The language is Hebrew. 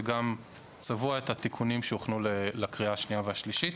וגם את התיקונים שהוכנו לקריאה השנייה והשלישית.